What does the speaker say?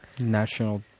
national